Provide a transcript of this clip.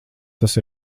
tas